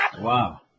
Wow